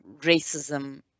racism